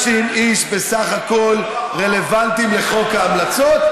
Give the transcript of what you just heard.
130 איש בסך הכול רלוונטיים לחוק ההמלצות.